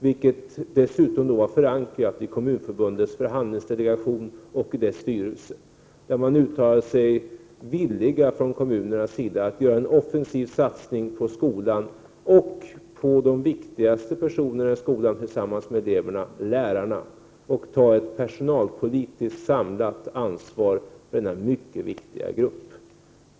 Pressmeddelandet var dessutom förankrat i Kommunförbundets förhandlingsdelegation och i dess styrelse. Från kommunernas sida sade man sig vara villig att göra en offensiv satsning på skolan och på de viktigaste personerna i skolan vid sidan av eleverna, nämligen lärarna. Man skulle ta ett personalpolitiskt samlat ansvar för denna mycket viktiga grupp.